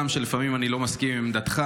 גם אם לפעמים אני לא מסכים עם עמדתך,